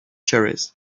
cherries